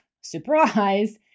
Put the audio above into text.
Surprise